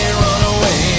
runaway